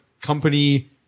company